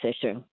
issue